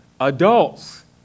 Adults